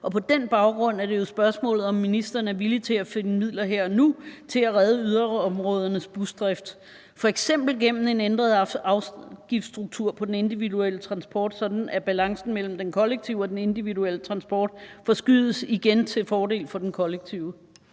Og på den baggrund er det jo spørgsmålet, om ministeren er villig til at finde midler her og nu til at redde yderområdernes busdrift, f.eks. gennem en ændret afgiftsstruktur på den individuelle transport, sådan at balancen mellem den kollektive og den individuelle transport igen forskydes til fordel for den kollektive.